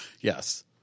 Yes